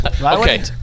Okay